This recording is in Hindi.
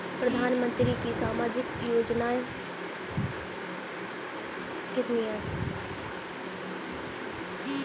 प्रधानमंत्री की सामाजिक सुरक्षा योजनाएँ कितनी हैं?